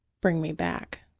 bring me back.